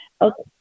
Okay